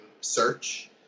search